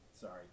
Sorry